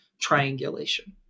triangulation